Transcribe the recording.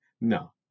No